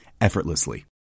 effortlessly